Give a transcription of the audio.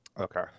Okay